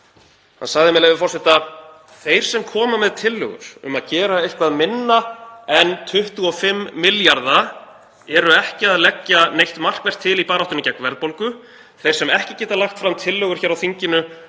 Hann sagði, með leyfi forseta: „Þeir sem koma með tillögur um að gera eitthvað minna en 25 milljarða eru ekki að leggja neitt markvert til í baráttunni gegn verðbólgu. Þeir sem ekki geta lagt fram tillögur hér á þinginu